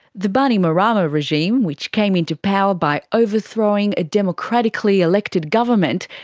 the bainimarama regime, which came into power by overthrowing a democratically elected government,